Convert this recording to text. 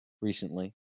recently